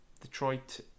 Detroit